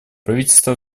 правительство